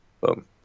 Boom